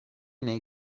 nei